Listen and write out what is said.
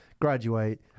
graduate